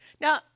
Now